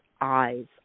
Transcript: eyes